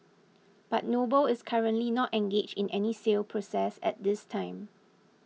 but Noble is currently not engaged in any sale process at this time